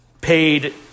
paid